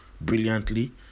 brilliantly